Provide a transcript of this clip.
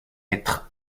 titre